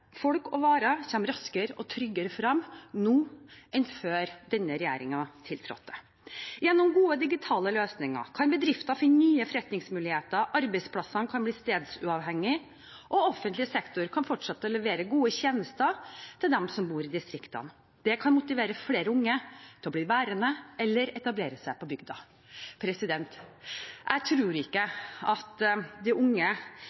folk og varer kommer raskere og tryggere frem nå enn før denne regjeringen tiltrådte. Gjennom gode digitale løsninger kan bedrifter finne nye forretningsmuligheter, arbeidsplassene kan bli stedsuavhengige, og offentlig sektor kan fortsette å levere gode tjenester til dem som bor i distriktene. Det kan motivere flere unge til å bli værende eller etablere seg på bygda. Jeg tror ikke at de unge